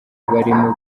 barimo